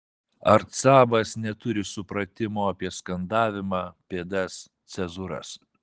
arcabas neturi supratimo apie skandavimą pėdas cezūras